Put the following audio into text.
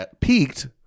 Peaked